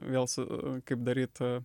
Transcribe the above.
vėl su kaip daryt